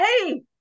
Hey